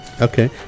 okay